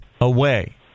away